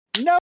No